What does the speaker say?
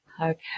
Okay